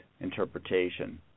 interpretation